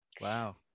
Wow